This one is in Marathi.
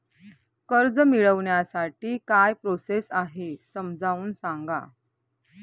कर्ज मिळविण्यासाठी काय प्रोसेस आहे समजावून सांगा